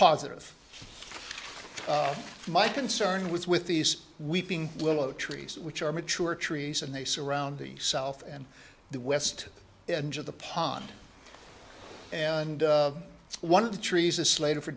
positive my concern was with these weeping willow trees which are mature trees and they surround the south and the west end of the pond and one of the trees is slated for